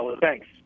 Thanks